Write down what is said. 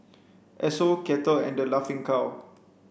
Esso Kettle and Laughing Cow